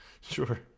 Sure